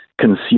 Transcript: consume